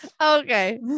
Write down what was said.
Okay